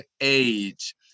age